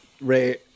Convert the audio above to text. Ray